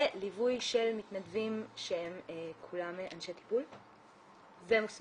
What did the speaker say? וליווי של מתנדבים שהם כולם אנשי טיפול ומוסמכים